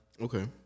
Okay